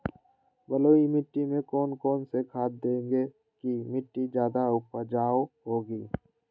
बलुई मिट्टी में कौन कौन से खाद देगें की मिट्टी ज्यादा उपजाऊ होगी?